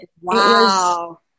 Wow